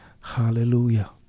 Hallelujah